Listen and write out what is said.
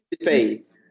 faith